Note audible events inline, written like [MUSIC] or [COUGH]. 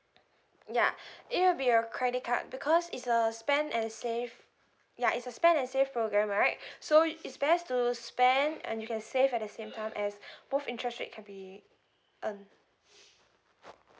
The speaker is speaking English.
ya [BREATH] it will be your credit card because it's a spend and save ya it's a spend and save program right [BREATH] so it's best to spend and you can save at the same time as [BREATH] both interest rate can be earned